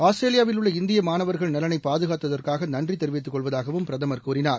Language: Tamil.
ஆஸ்திரேலியாவில் உள்ள இந்திய மாணவர்கள் நலனை பாதுகாத்ததற்காக நன்றி தெரிவித்துக் கொள்வதாகவும் பிரதமர் கூறினார்